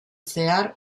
zehar